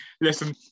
listen